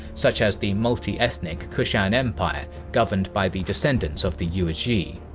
such as the multi-ethnic kushan empire, governed by the descendants of the yuezhi.